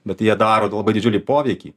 bet jie daro labai didžiulį poveikį